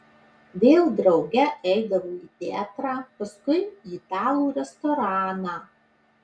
vėl drauge eidavo į teatrą paskui į italų restoraną